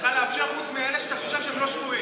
צריכה לאפשר, חוץ מלאלה שאתה חושב שהם לא שפויים.